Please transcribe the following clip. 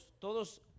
todos